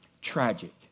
Tragic